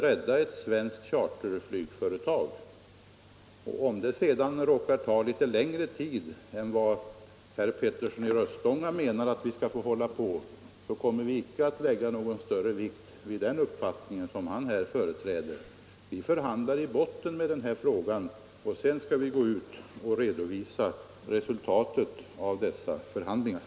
Om förhandlingarna sedan råkar ta litet längre tid än herr Petersson menar att vi skall hålla på, så kommer vi inte att lägga någon större vikt vid den uppfattning som herr Petersson fö reträder. Vi förhandlar så att säga i botten med denna fråga, och sedan skall vi gå ut och redovisa resultaten av förhandlingarna.